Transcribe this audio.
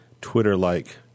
Twitter-like